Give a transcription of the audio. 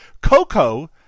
Coco